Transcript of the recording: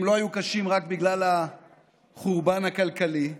הם לא היו קשים רק בגלל החורבן הכלכלי.